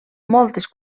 moltes